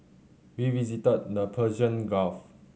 we visited the Persian Gulf